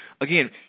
Again